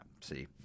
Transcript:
see